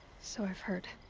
so i've heard.